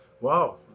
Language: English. Wow